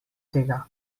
tega